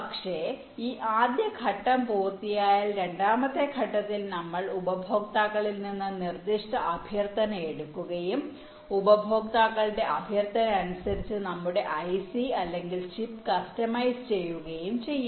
പക്ഷേ ഈ ആദ്യ ഘട്ടം പൂർത്തിയായാൽ രണ്ടാമത്തെ ഘട്ടത്തിൽ നമ്മൾ ഉപഭോക്താക്കളിൽ നിന്ന് ഈ നിർദ്ദിഷ്ട അഭ്യർത്ഥന എടുക്കുകയും ഉപഭോക്താക്കളുടെ അഭ്യർത്ഥന അനുസരിച്ച് നമ്മുടെ ഐസി അല്ലെങ്കിൽ ചിപ്പ് കസ്റ്റമൈസ് ചെയ്യുകയും ചെയ്യും